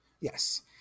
Yes